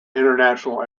international